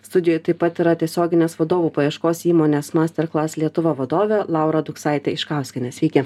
studijoje taip pat yra tiesioginės vadovų paieškos įmonės masterklas lietuva vadovė laura tuksaitė iškauskienė sveiki